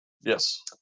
Yes